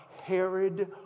Herod